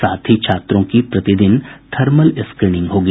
साथ ही छात्रों की प्रतिदिन थर्मल स्क्रीनिंग होगी